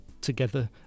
together